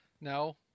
No